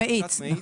המאיץ.